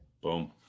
Boom